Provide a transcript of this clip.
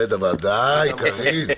בוודאי, קארין.